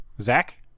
Zach